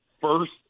first